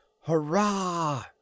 Hurrah